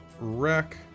Wreck